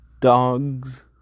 dogs